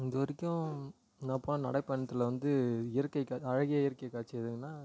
இது வரைக்கும் நான் போன நடைப் பயணத்தில் வந்து இயற்கை அழகிய இயற்கை காட்சி எதுனா